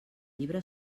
llibre